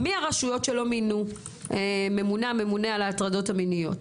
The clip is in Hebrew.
מי הרשויות שלא מינו ממונה להטרדות המיניות.